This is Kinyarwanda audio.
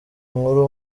nkuru